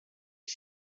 les